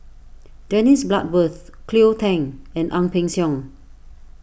Dennis Bloodworth Cleo Thang and Ang Peng Siong